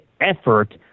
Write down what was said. effort